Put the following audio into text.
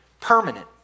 permanent